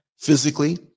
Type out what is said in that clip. physically